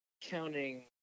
counting